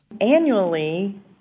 Annually